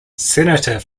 senator